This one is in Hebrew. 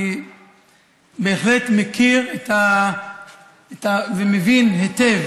אני בהחלט מכיר ומבין היטב